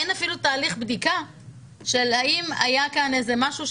אין אפילו תהליך בדיקה של האם היה כאן משהו,